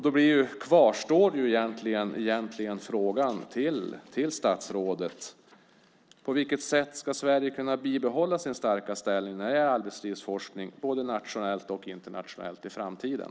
Då kvarstår frågan till statsrådet: På vilket sätt ska Sverige kunna bibehålla sin starka ställning när det gäller arbetslivsforskning, både nationellt och internationellt, i framtiden?